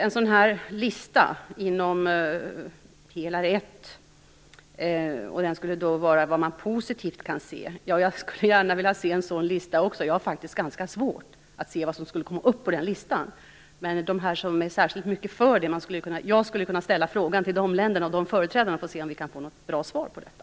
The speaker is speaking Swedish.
Också jag skulle gärna vilja se en lista över vad man positivt kan se inom pelare 1. Jag har faktiskt ganska svårt att se vad som skulle komma upp på den listan, men jag skulle kunna ställa en fråga härom till företrädarna för de länder som är särskilt mycket för detta, för att se om vi kan få ett bra svar på detta.